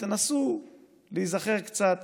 ותנסו להיזכר קצת